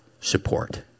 support